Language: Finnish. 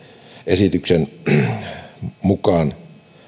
esityksen mukaan